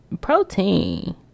protein